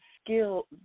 skill